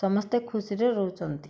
ସମସ୍ତେ ଖୁସିରେ ରହୁଛନ୍ତି